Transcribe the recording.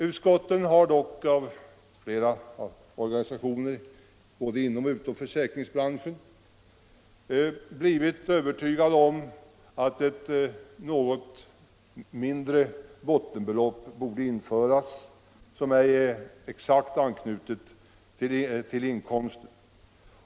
Utskottet har dock av organisationer både inom och utom försäkringsbranschen övertygats om att ett något mindre bottenbelopp borde införas som ej är exakt anknutet till inkomsten.